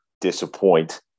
disappoint